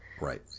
Right